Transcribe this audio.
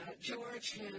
George